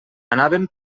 anaven